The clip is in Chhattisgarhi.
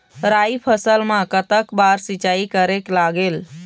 राई फसल मा कतक बार सिचाई करेक लागेल?